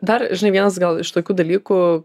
dar vienas gal iš tokių dalykų